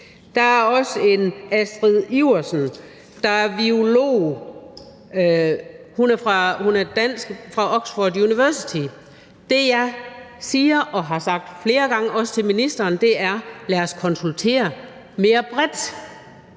en, der hedder Astrid Iversen, der er virolog, og hun er fra Oxford University. Det, jeg siger og har sagt flere gange, også til ministeren, er: Lad os konsultere mere bredt;